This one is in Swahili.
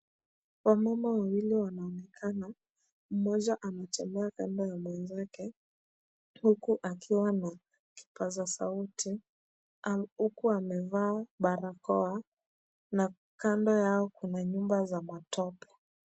Wamama wawili wanaonekana. Mmoja anatembea kando ya mwenzake huku akiwa na kipasa sauti, huku amevaa barakoa na kando yao kuna nyumba za matope.